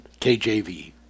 KJV